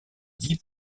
dix